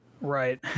right